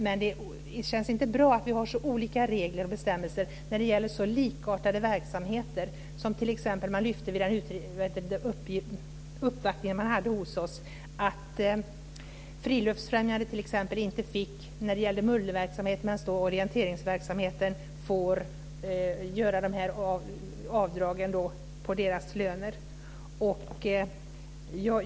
Men det känns inte bra att det är så olika regler och bestämmelser när det gäller så likartade verksamheter. Vid uppvaktningen hos oss togs det upp att när det gäller t.ex. Friluftsfrämjandets mulleverksamhet och orienteringsverksamhet får man inte göra de här avdragen på deras löner.